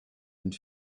and